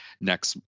next